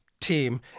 team